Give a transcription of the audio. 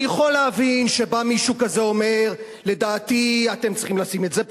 אני יכול להבין שבא מישהו כזה ואומר: לדעתי אתם צריכים לשים את זה פה.